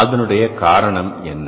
அதனுடைய காரணம் என்ன